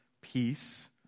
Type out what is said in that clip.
peace